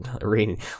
reading